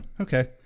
okay